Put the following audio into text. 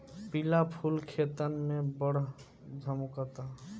पिला फूल खेतन में बड़ झम्कता